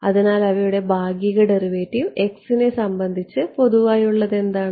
അതിനാൽ അവിടെയുള്ള ഭാഗിക ഡെറിവേറ്റീവ് നെ സംബന്ധിച്ച് പൊതുവായുള്ളത് എന്താണ്